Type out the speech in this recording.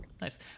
Nice